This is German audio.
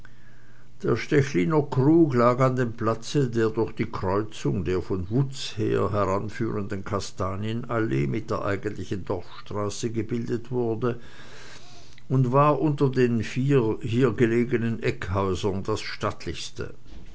der stechliner krug lag an dem platze der durch die kreuzung der von wutz her heranführenden kastanienallee mit der eigentlichen dorfstraße gebildet wurde und war unter den vier hier gelegenen eckhäusern das stattlichste